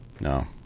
No